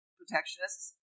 protectionists